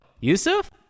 Yusuf